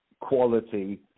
quality